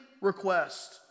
request